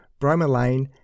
bromelain